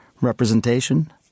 representation